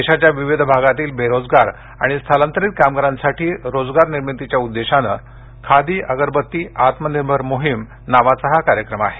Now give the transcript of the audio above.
देशाच्या विविध भागातील बेरोजगार आणि स्थलांतरित कामगारांसाठी रोजगार निर्मितीच्या उद्देशाने खादी अगरबत्ती आत्मनिर्भर मोहिम नावाचा हा कार्यक्रम आहे